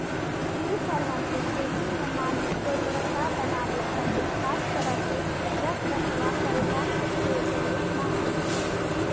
इ तरह के खेती में माटी के उर्वरता बनावे खातिर खास तरह के रख रखाव कईला के जरुरत ना हवे